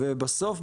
בסוף,